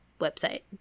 website